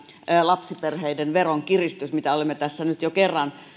lapsiperheiden veronkiristys mitä olemme tässä nyt jo kerran